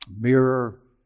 mirror